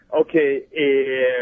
Okay